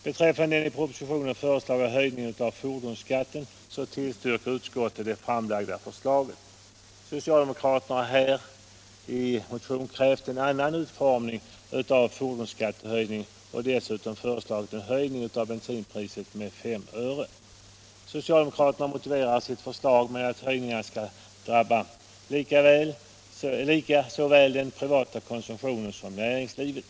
Beträffande den i propositionen föreslagna höjningen av fordonsskatten, så tillstyrker utskottet det framlagda förslaget. Socialdemokraterna har i motion krävt en annan utformning av fordonsskattehöjningen och dessutom föreslagit en höjning av bensinpriset med 5 öre. Socialdemokraterna motiverar sitt förslag med att höjningar skall drabba den privata konsumtionen lika väl som näringslivet.